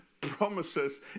promises